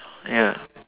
yeah